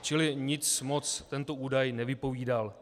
Čili nic moc tento údaj nevypovídal.